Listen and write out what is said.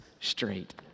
straight